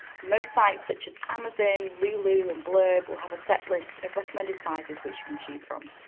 most sites which is amazon, lulu, and blurb will have a set list of recommended sizes which you can choose from.